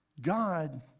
God